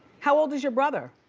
how old is your brother?